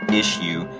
issue